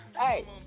Hey